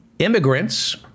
Immigrants